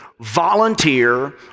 volunteer